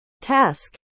task